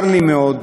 צר לי מאוד